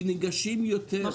כי ניגשים יותר.